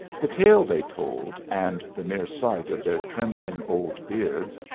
the tale they told, and the mere sight of their trembling old beards,